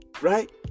Right